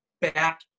back